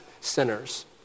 sinners